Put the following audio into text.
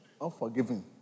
unforgiving